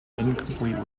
incomplete